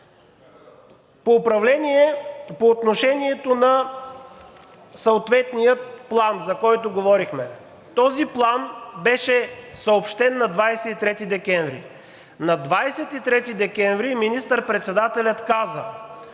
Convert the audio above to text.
контактни лица. По отношение на съответния план, за който говорихме. Този план беше съобщен на 23 декември. На 23 декември министър-председателят каза: